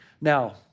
Now